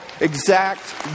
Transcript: exact